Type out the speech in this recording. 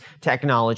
technology